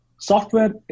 software